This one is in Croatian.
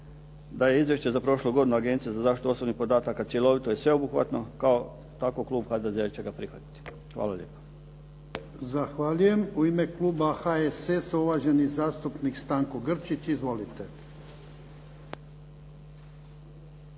da je izvješće za prošlu godinu Agencije za zaštitu osobnih podataka cjelovito i sveobuhvatno, kao kako klub HDZ-a će ga prihvatiti. Hvala lijepa. **Jarnjak, Ivan (HDZ)** Zahvaljujem. U ime kluba HSS-a uvaženi zastupnik Stanko Grčić. Izvolite.